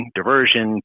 diversion